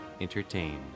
entertained